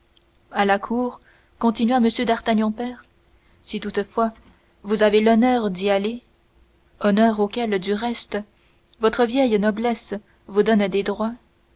à la cour continua m d'artagnan père si toutefois vous avez l'honneur d'y aller honneur auquel du reste votre vieille noblesse vous donne des droits